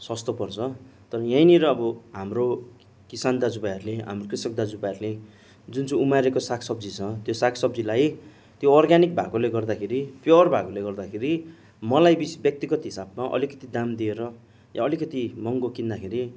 सस्तो पर्छ तर यहीँनिर अब हाम्रो किसान दाजुभाइहरूले हामी कृषक दाजुभाइहरूले जुन चाहिँ उमारेको साग सब्जी छ त्यो साग सब्जीलाई त्यो अर्ग्यानिक भएकोले गर्दाखेरि प्योर भएकोले गर्दाखेरि मलाई बिस् व्यक्तिगत हिसाबमा अलिकति दाम दिएर अलिकति महँगो किन्दाखेरि